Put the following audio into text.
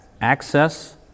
access